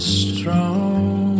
strong